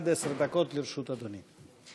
עד עשר דקות לרשות אדוני.